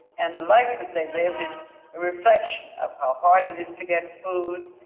and the life that they live is a reflection of how hard it is to get food,